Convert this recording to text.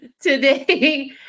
today